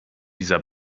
dieser